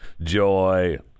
joy